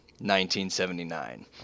1979